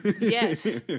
Yes